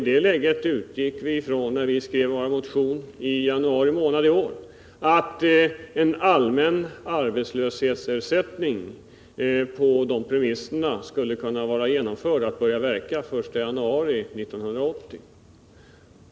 När vi skrev vår motion i januari månad i år, utgick vi ifrån att en allmän arbetslöshetsersättning på de angivna premisserna skulle kunna börja verka den 1 januari 1980.